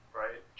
right